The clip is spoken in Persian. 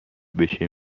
بشه